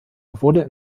wurde